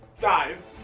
Dies